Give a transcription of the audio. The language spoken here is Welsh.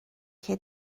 lle